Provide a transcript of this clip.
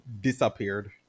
disappeared